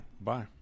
Bye